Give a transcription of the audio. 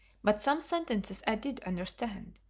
but some sentences i did understand,